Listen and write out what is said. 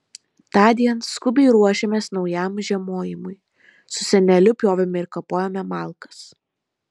tądien skubiai ruošėmės naujam žiemojimui su seneliu pjovėme ir kapojome malkas